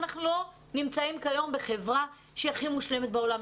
אנחנו לא נמצאים כיום בחברה הכי מושלמת בעולם.